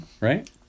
right